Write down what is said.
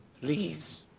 Please